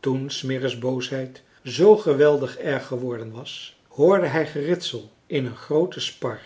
toen smirre's boosheid z geweldig erg geworden was hoorde hij geritsel in een grooten spar